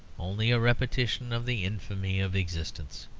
only a repetition of the infamy of existence.